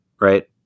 right